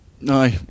no